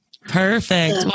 perfect